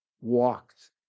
walked